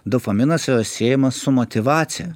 dopaminas siejamas su motyvacija